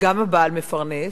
וגם הבעל מפרנס,